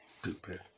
Stupid